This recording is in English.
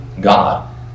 God